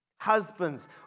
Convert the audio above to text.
Husbands